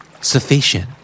Sufficient